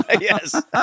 Yes